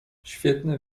świetne